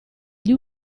gli